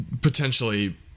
potentially